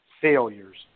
failures